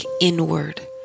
inward